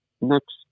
next